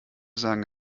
sagen